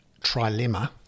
trilemma